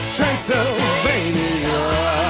Transylvania